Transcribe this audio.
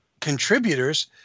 contributors